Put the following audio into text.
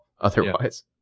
otherwise